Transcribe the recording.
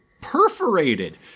perforated